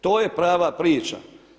To je prava priča.